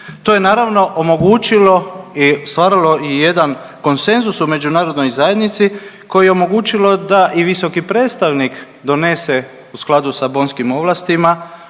To je naravno omogućilo i stvaralo jedan konsenzus u međunarodnoj zajednici koji je omogućilo da i visoki predstavnik donese u skladu sa Bonskim ovlastima